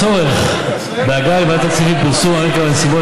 הצורך בהגעה לוועדת הכספים ופרסום הרקע והנסיבות